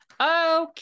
Okay